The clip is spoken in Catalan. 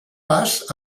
pas